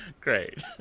Great